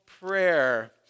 prayer